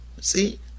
See